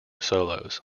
solos